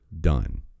done